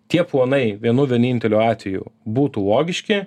tie planai vienu vieninteliu atveju būtų logiški